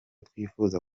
twifuza